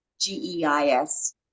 G-E-I-S